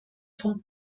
vom